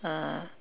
ah